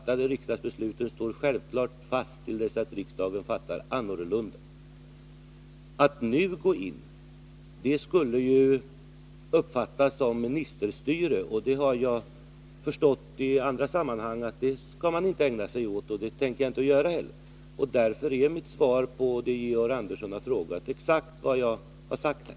Det av riksdagen fattade beslutet står självfallet fast till dess att riksdagen bestämmer annorlunda. Att nu gå in och göra uttalanden skulle emellertid uppfattas som ministerstyre. Jag har förstått från andra sammanhang att man inte skall ägna sig åt sådant, och det tänker jag heller inte göra. Därför är mitt svar på det Georg Andersson har frågat exakt det som jag tidigare har sagt här.